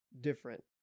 different